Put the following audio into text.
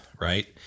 right